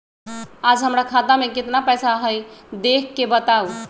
आज हमरा खाता में केतना पैसा हई देख के बताउ?